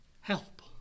Help